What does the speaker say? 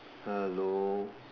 hello